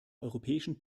europäischen